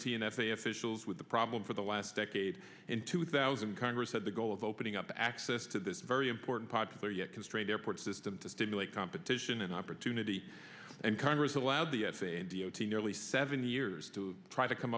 and f a a officials with the problem for the last decade in two thousand congress said the goal of opening up access to this very important popular yet constrained airport system to stimulate competition and opportunity and congress allowed the f a a d o t nearly seven years to try to come